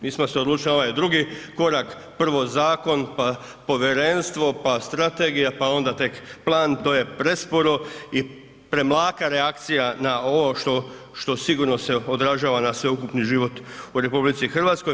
Mi smo se odlučili na ovaj drugi korak, prvo zakon, pa povjerenstvo, pa strategija, pa onda tek plan, to je presporo i premlaka reakcija na ovo što sigurno se odražava na sveukupni život u RH.